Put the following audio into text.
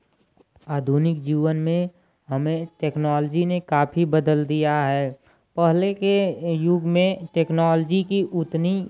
आधुनिक जीवन में हमें टेक्नोलाजी ने काफ़ी बदल दिया है पहले के युग में टेक्नॉलजी की उतनी